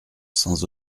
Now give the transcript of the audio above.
sans